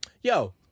Yo